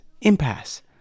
Impasse